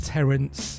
Terence